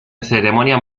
ceremonia